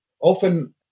Often